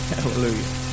Hallelujah